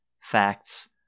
facts